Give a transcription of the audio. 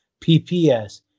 PPS